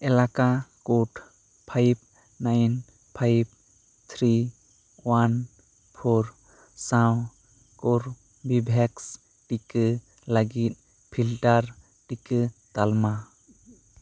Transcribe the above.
ᱮᱞᱟᱠᱟ code five nine five three one four ᱥᱟᱶ ᱠᱳᱨ ᱵᱤ ᱵᱷᱮᱠᱥ ᱴᱤᱠᱟᱹ ᱞᱟ ᱜᱤᱫ ᱯᱷᱤᱞᱴᱟᱨ ᱴᱤᱠᱟᱹ ᱛᱟᱞᱢᱟ